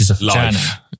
life